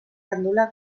gandula